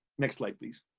next slide please.